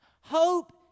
Hope